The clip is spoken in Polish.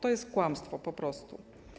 To jest kłamstwo po prostu.